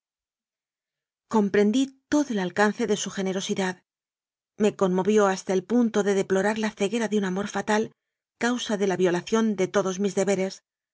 comprendí todo el alcance de su generosidad me conmovió hasta el punto de deplorar la ceguera de un amor fatal causa de la violación de todos mis deberes